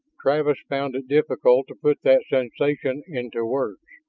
travis found it difficult to put that sensation into words.